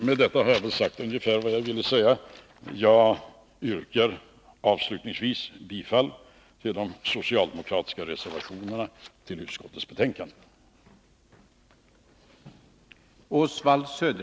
Med detta har jag väl sagt ungefär vad jag ville säga. Jag yrkar avslutningsvis bifall till de socialdemokratiska reservationerna till utskottets betänkande.